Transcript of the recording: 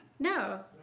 No